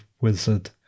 Wizard